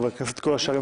הקואליציה.